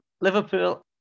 Liverpool